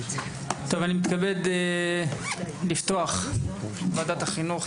אני מתכבד לפתוח את ישיבת ועדת החינוך,